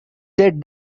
said